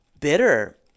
bitter